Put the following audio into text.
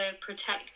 protect